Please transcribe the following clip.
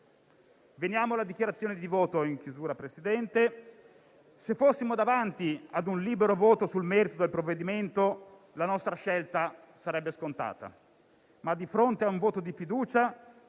Veniamo alla dichiarazione di voto. Signor Presidente, se fossimo davanti a un libero voto sul merito del provvedimento, la nostra scelta sarebbe scontata. Di fronte, però, a un voto di fiducia,